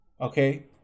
Okay